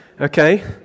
Okay